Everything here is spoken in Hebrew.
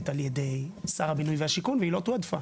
על ידי שר הבינוי והשיכון והיא לא תועדפה,